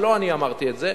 לא אני אמרתי את זה,